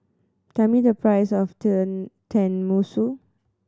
tell me the price of Tenmusu